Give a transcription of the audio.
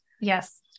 Yes